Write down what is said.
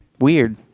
Weird